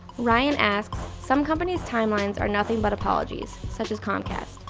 ryan asks, some companies' timelines are nothing but apologies, such as comcast.